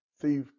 thief